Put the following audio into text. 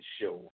show